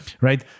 Right